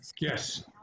Yes